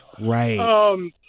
Right